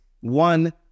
One